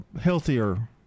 healthier